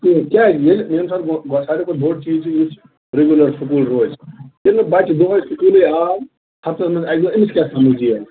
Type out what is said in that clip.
کیٚنٛہہ کیٛازِ ییٚلہِ ییٚمہِ ساتہٕ گۄڈٕ سارِوٕے کھۄتہٕ بوٚڈ چیٖز چھُ ریگیٛوٗلر سکوٗل روزِ ییٚلہِ نہَ بچہٕ دۄہے سکوٗلٕے آو ہفتس منٛز اکہِ دۄہ أمِس کیٛاہ سمجھ ییہِ اَتہِ